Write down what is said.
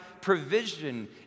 provision